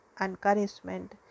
encouragement